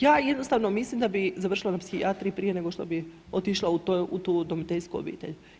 Ja jednostavno mislim da bih završila na psihijatriji nego što bih otišla u tu udomiteljsku obitelj.